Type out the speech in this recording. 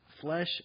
flesh